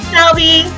Selby